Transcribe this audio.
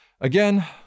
again